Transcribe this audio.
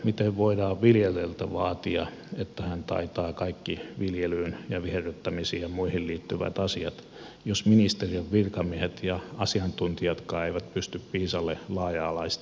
miten voidaan viljelijältä vaatia että hän taitaa kaikki viljelyyn ja viherryttämisiin ja muihin liittyvät asiat jos ministeriön virkamiehet ja asiantuntijatkaan eivät pysty laaja alaisesti vastaamaan